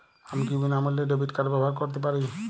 আমি কি বিনামূল্যে ডেবিট কার্ড ব্যাবহার করতে পারি?